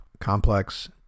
complex